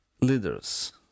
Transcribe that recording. leaders